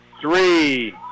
three